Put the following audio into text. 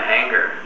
anger